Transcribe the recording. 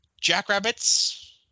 Jackrabbits